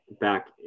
back